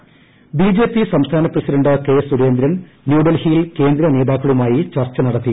Surendran BJP സംസ്ഥാന president ക്ക്സുരേന്ദ്രൻ ന്യൂഡൽഹിയിൽ കേന്ദ്ര നേതാക്കളുമായി ചർച്ച് നടത്തി